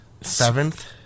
seventh